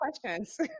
questions